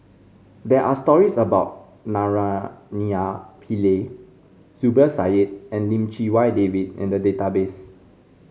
there are stories about Naraina Pillai Zubir Said and Lim Chee Wai David in the database